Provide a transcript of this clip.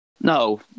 No